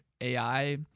AI